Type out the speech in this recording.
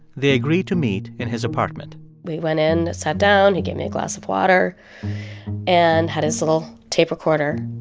they agreed to meet in his apartment we went in, sat down. he gave me a glass of water and had his little tape recorder.